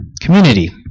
Community